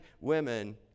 women